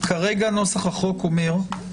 נוסח החוק אומר כרגע,